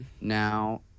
Now –